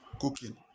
cooking